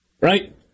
Right